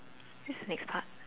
this is next part